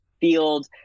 field